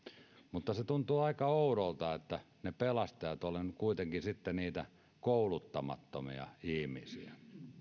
tuntuu aika oudolta että ne pelastajat ovat kuitenkin sitten niitä kouluttamattomia ihmisiä